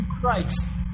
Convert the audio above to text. Christ